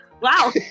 Wow